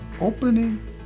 opening